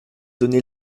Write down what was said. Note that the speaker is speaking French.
donné